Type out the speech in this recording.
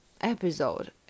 episode